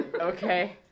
Okay